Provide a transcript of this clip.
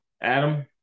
Adam